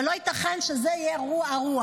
אבל לא ייתכן שזאת תהיה הרוח.